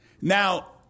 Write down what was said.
Now